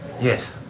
Yes